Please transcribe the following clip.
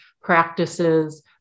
practices